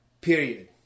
period